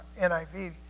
NIV